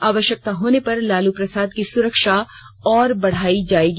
आवश्यकता होने पर लालू प्रसाद की सुरक्षा और बढ़ाई जाएगी